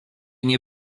nie